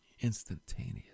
Instantaneous